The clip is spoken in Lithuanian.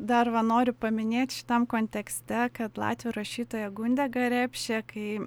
dar va noriu paminėt šitam kontekste kad latvių rašytoja gundega repšė kai